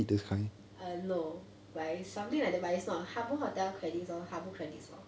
err no but is something like that but is not habbo hotel credits lor habbo credits lor